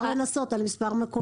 אפשר לנסות במספר מקומות.